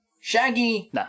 Shaggy